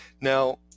Now